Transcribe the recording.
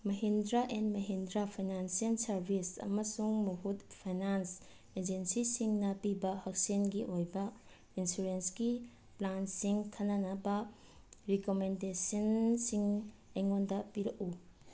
Mahindra and Mahindra financial services ꯑꯃꯁꯨꯡ ꯃꯍꯨꯠ finance ꯑꯦꯖꯦꯟꯁꯤꯁꯤꯡꯅ ꯄꯤꯕ ꯍꯛꯁꯦꯜꯒꯤ ꯑꯣꯏꯕ ꯏꯟꯁꯨꯔꯦꯟꯁꯀꯤ ꯄ꯭ꯂꯥꯟꯁꯤꯡ ꯈꯟꯅꯅꯕ ꯔꯤꯀꯃꯦꯟꯗꯦꯁꯟꯁꯤꯡ ꯑꯩꯉꯣꯟꯗ ꯄꯤꯔꯛꯎ